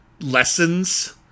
lessons